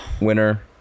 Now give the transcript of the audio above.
winner